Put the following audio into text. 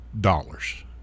dollars